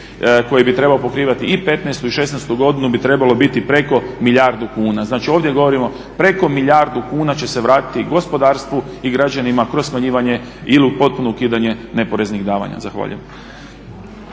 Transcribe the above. koji bi trebao pokrivati i 2015.i 2016.godinu bi trebalo biti preko milijardu kuna. Znači ovdje govorimo preko milijardu kuna će se vratiti gospodarstvu i građanima kroz smanjivanje ili potpuno ukidanje neporeznih davanja. Zahvaljujem.